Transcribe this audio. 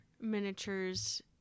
miniatures